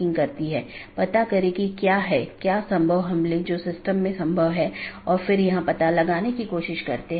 BGP सत्र की एक अवधारणा है कि एक TCP सत्र जो 2 BGP पड़ोसियों को जोड़ता है